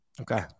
Okay